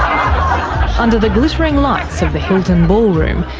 um under the glittering lights of the hilton ballroom,